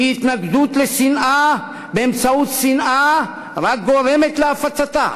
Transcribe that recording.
כי התנגדות לשנאה באמצעות שנאה רק גורמת להפצתה.